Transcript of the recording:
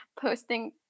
posting